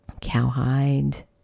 Cowhide